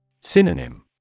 Synonym